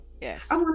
Yes